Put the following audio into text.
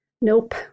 Nope